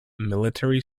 military